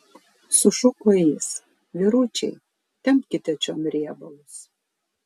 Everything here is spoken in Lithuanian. sušuko jis vyručiai tempkite čion riebalus